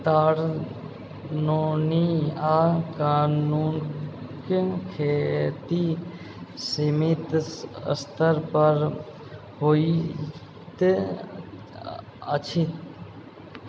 आ कानूनी आर खेती सीमित स्तर पर होइत अछि